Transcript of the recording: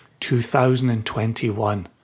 2021